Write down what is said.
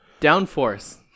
Downforce